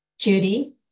Judy